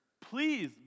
please